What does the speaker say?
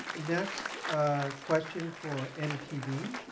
next question for npd.